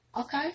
Okay